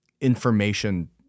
information